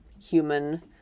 human